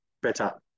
better